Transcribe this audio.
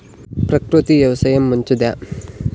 ప్రకృతి వ్యవసాయం మంచిదా?